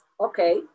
okay